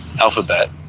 alphabet